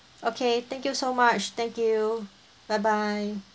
okay thank you so much thank you bye bye